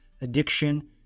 Addiction